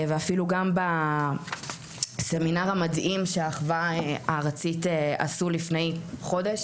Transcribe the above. ואפילו גם בסמינר המדהים שהאחווה הארצית עשו לפני חודש,